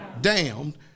Damned